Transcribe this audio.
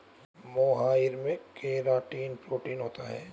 मोहाइर में keratin protein होता है